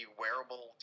wearable